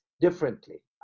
differently